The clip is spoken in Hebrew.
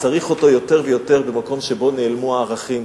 צריך אותו יותר ויותר במקום שבו נעלמו הערכים,